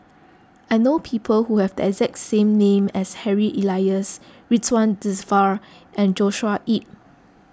I know people who have the exact name as Harry Elias Ridzwan Dzafir and Joshua Ip